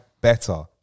better